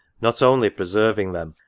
not only preserving them,